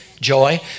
joy